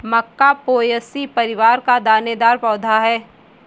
मक्का Poaceae परिवार का दानेदार पौधा है